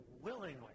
willingly